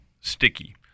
sticky